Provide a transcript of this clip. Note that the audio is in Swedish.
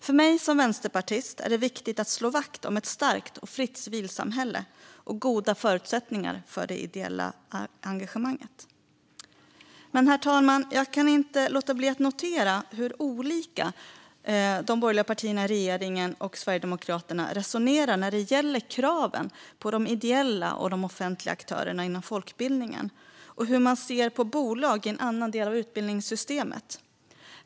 För mig som vänsterpartist är det viktigt att slå vakt om ett starkt och fritt civilsamhälle och goda förutsättningar för det ideella engagemanget. Herr talman! Jag kan inte låta bli att notera hur olika de borgerliga partierna i regeringen och Sverigedemokraterna resonerar när det gäller kraven på de ideella och offentliga aktörerna inom folkbildningen jämfört med hur de ser på bolag i en annan del av utbildningssystemet.